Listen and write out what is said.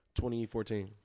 2014